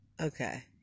Okay